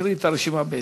נקריא את הרשימה בהתאם.